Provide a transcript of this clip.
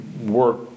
work